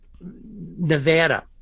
Nevada